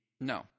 No